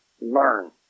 learn